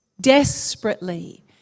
desperately